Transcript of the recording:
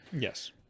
yes